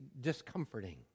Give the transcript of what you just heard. discomforting